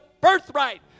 birthright